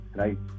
right